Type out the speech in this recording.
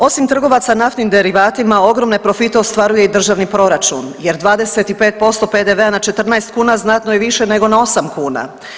Osim trgovaca naftnim derivatima ogromne profite ostvaruje i državni proračun jer 25% PDV-a na 14 kuna znatno je više nego na 8 kuna.